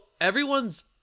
everyone's